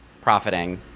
profiting